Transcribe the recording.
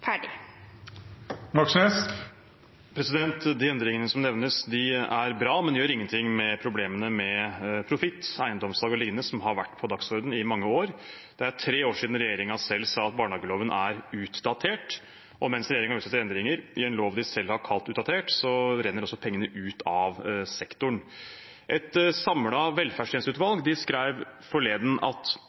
De endringene som nevnes, er bra, men de gjør ingenting med problemene med profitt, eiendomssalg og lignende, som har vært på dagsordenen i mange år. Det er tre år siden regjeringen selv sa at barnehageloven er utdatert. Mens regjeringen utsetter endringer i en lov de selv har kalt utdatert, renner også pengene ut av sektoren. Et samlet velferdstjenesteutvalg skrev forleden at